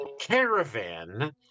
caravan